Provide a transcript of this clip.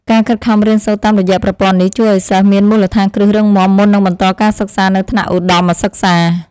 ការខិតខំរៀនសូត្រតាមរយៈប្រព័ន្ធនេះជួយឱ្យសិស្សមានមូលដ្ឋានគ្រឹះរឹងមាំមុននឹងបន្តការសិក្សានៅថ្នាក់ឧត្តមសិក្សា។